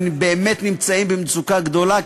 הם באמת נמצאים במצוקה גדולה,